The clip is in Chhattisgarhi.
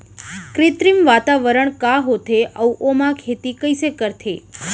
कृत्रिम वातावरण का होथे, अऊ ओमा खेती कइसे करथे?